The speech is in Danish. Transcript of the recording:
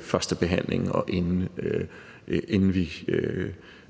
førstebehandlingen, og inden vi